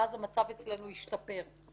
ואז המצב אצלנו ישתפר.